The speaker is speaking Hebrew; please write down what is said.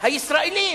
הישראלים,